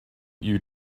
you